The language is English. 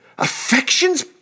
Affections